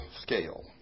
scale